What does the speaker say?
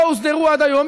לא הוסדרו עד היום,